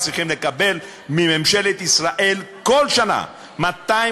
הם צריכים לקבל מממשלת ישראל כל שנה 250